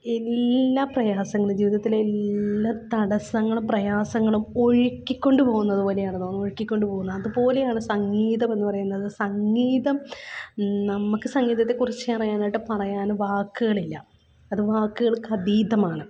എല്ലാ പ്രയാസങ്ങളും ജീവിതത്തിലെ എല്ലാ തടസ്സങ്ങളും പ്രയാസങ്ങളും ഒഴുക്കിക്കൊണ്ടുപോകുന്നത് പോലെയാണ് തോന്നുന്നത് ഒഴുക്കിക്കൊണ്ടുപോകുന്നത് അതുപോലെയാണ് സംഗീതമെന്ന് പറയുന്നത് സംഗീതം നമുക്ക് സംഗീതത്തെക്കുറിച്ച് അറിയാനായിട്ട് പറയാൻ വാക്കുകളില്ല അത് വാക്കുകൾക്കതീതമാണ്